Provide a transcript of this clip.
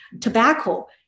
tobacco